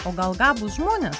o gal gabūs žmonės